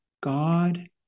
God